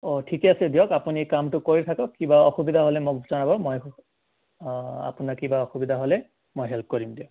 অঁ ঠিকে আছে দিয়ক আপুনি কামটো কৰি থাকক কিবা অসুবিধা হ'লে মোক জনাব মই আপোনাৰ কিবা অসুবিধা হ'লে মই হেল্প কৰিম দিয়ক